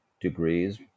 degrees